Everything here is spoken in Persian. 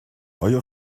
آیا